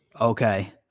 Okay